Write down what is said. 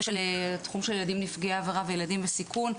הנושא של תחום של ילדים נפגעי עבירה וילדים בסיכון,